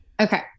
Okay